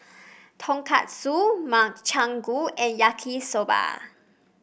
Tonkatsu Makchang Gui and Yaki Soba